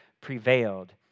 prevailed